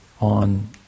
on